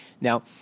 Now